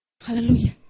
Hallelujah